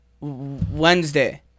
Wednesday